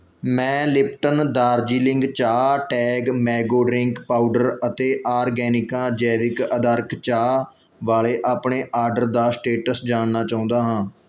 ਮੈਂ ਲਿਪਟਨ ਦਾਰਜੀਲਿੰਗ ਚਾਹ tag mango drink powder ਅਤੇ ਆਰਗੈਨਿਕਾਂ ਜੈਵਿਕ ਅਦਾਰਕ ਚਾਹ ਵਾਲੇ ਆਪਣੇ ਆਰਡਰ ਦਾ ਸਟੇਟਸ ਜਾਣਨਾ ਚਾਹੁੰਦਾ ਹਾਂ